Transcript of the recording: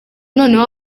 noneho